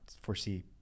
foresee